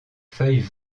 feuilles